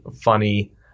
funny